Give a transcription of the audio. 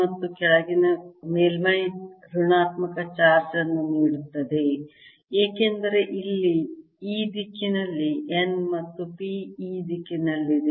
ಮತ್ತು ಕೆಳಗಿನ ಮೇಲ್ಮೈ ಋಣಾತ್ಮಕ ಚಾರ್ಜ್ ಅನ್ನು ನೀಡುತ್ತದೆ ಏಕೆಂದರೆ ಇಲ್ಲಿ ಈ ದಿಕ್ಕಿನಲ್ಲಿ n ಮತ್ತು p ಈ ದಿಕ್ಕಿನಲ್ಲಿದೆ